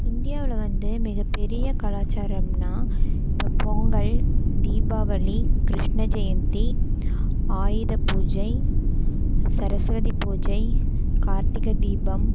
இந்தியாவில் வந்த மிகப்பெரிய கலாச்சாரம்னா பொங்கல் தீபாவளி கிருஷ்ண ஜெயந்தி ஆயுதபூஜை சரஸ்வதி பூஜை கார்த்திகை தீபம்